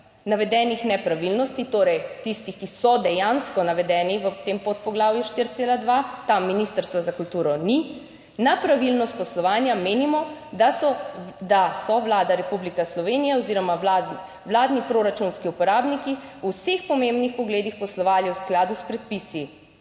navedenih nepravilnosti, torej tistih, ki so dejansko navedeni v tem podpoglavju 4,2, tam Ministrstva za kulturo ni, "Na pravilnost poslovanja, menimo, da so Vlada Republike Slovenije oziroma vladni proračunski uporabniki v vseh pomembnih pogledih poslovali v skladu s predpisi."